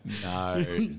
No